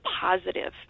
positive